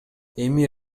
эми